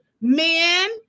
men